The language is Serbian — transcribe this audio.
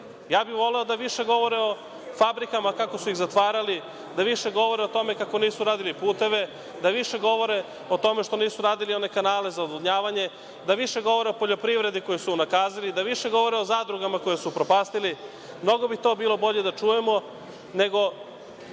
Ja bih voleo da više govore o fabrika kako su ih zatvarali, da više govore o tome kako nisu radili puteve, da više govore o tome što nisu radili one kanale za odvodnjavanje, da više govore o poljoprivredi koju su unakazili, da više govore o zadrugama koje su upropastili. Mnogo bi to bilo bolje da to čujemo, nego